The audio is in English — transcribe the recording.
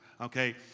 okay